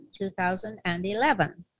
2011